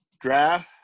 draft